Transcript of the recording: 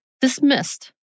dismissed